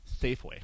Safeway